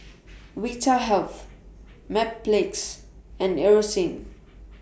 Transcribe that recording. Vitahealth Mepilex and Eucerin